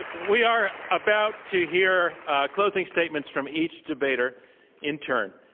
we are about to hear closing statements from each debater in turn.